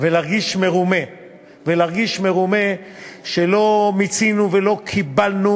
ולהרגיש מרומה כי לא מיצינו ולא קיבלנו